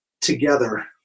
together